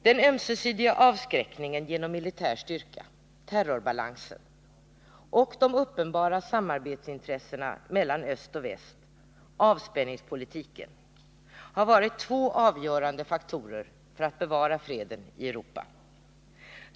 Den ömsesidiga avskräckningen genom militär styrka — terrorbalansen — och de uppenbara samarbetsintressena mellan öst och väst — avspänningspolitiken — har varit två avgörande faktorer för att bevara freden i Europa.